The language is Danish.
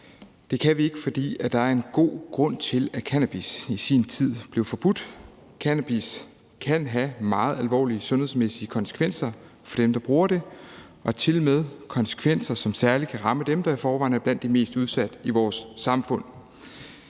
Det kan vi ikke, fordi der er en god grund til, at cannabis i sin tid blev forbudt. Cannabis kan have meget alvorlige sundhedsmæssige konsekvenser for dem, der bruger det, og tilmed konsekvenser, som særlig kan ramme dem, der i forvejen er blandt de mest udsatte i vores samfund.